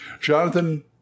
Jonathan